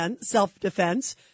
self-defense